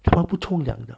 他们不冲凉的